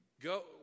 Go